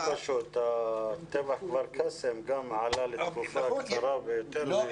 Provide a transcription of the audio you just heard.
גם טבח כפר קאסם עלה לתקופה קצרה ביותר.